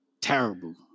Terrible